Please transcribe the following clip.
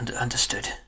Understood